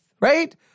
Right